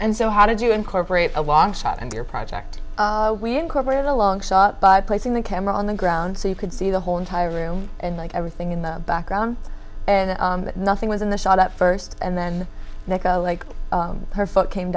and so how did you incorporate a long shot and your project we incorporated along saw but placing the camera on the ground so you could see the whole entire room and like everything in the background and nothing was in the shot at first and then they go like her foot came